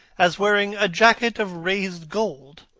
as wearing a jacket of raised gold,